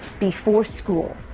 before school,